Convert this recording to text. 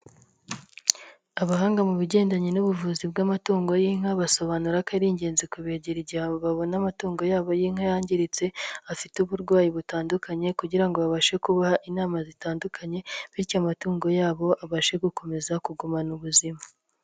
Abahanga mu bijyandanye n'ubuvuzi bw'amatungo y'inka basobanura ko ari ingenzi kubegera igihe abo babona amatungo yabo y'inka yangiritse afite uburwayi butandukanye kugira ngo babashe kubaha inama zitandukanye bityo amatungo yabo abashe gukomeza kugumana ubuzima.